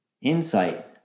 insight